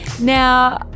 now